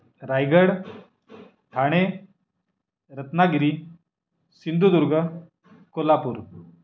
Raigad Thane Ratnagiri Sindhudurg Kolhapur